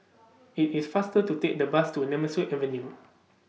IT IS faster to Take The Bus to Nemesu Avenue